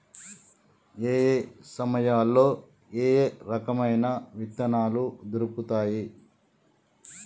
ఏయే సమయాల్లో ఏయే రకమైన విత్తనాలు దొరుకుతాయి?